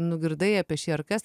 nugirdai apie šį ar kas